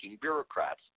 bureaucrats